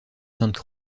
sainte